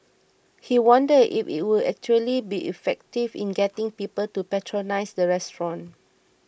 he wondered if it would actually be effective in getting people to patronise the restaurant